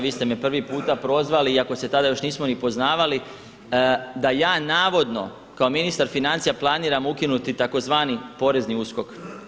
Vi ste me prvi puta prozvali iako se tada još nismo ni poznavali, da ja navodno kao ministar financija planiram ukinuti tzv. Porezni USKOK.